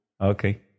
okay